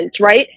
right